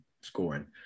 scoring